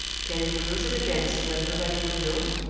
can you close it again, so that nobody would know?